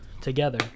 together